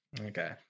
okay